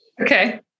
Okay